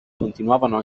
continuavano